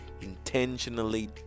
intentionally